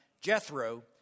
Jethro